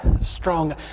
strong